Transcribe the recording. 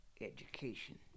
education